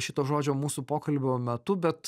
šito žodžio mūsų pokalbio metu bet